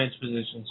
positions